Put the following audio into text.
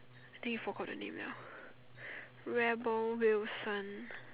I think forgot the name liao rebel Wilson